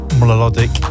melodic